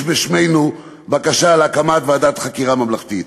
בשמנו בקשה להקמת ועדת חקירה ממלכתית.